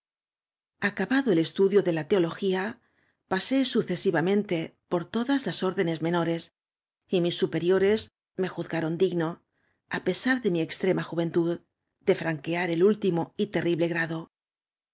acabado el estudio déla teología pasé sucesivamente por todas las órdenes menores y mis superiores me ju z r o n digno á pesar de mí extrema juventud de fran quear el último y terrible grado